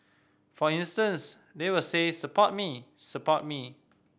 for instance they will say support me support me